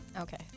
Okay